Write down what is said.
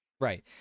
right